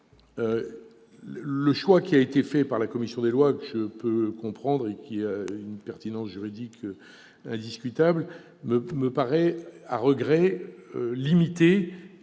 le choix fait par la commission des lois, que je peux comprendre et qui a une pertinence juridique indiscutable, me paraît, et je